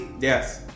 Yes